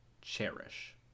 cherish